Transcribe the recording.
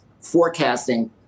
forecasting